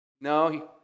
No